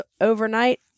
overnight